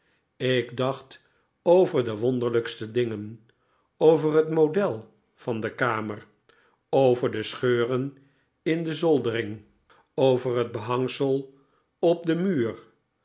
ik dacht over de wonderlijkste dingen over het model van de kamer over de scheuren in de zoldering over het behangsel op den muur